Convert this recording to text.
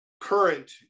current